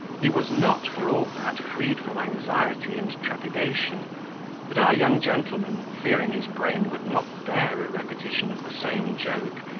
he was not, for all that, freed from anxiety and trepidation but our young gentleman, fearing his brain would not bear a repetition of the same joke,